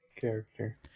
character